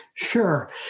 Sure